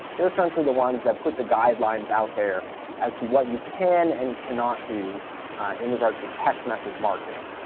they're essentially the ones that put the guidelines out there as to what you can, and cannot, do in regards to text message marketing.